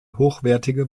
hochwertige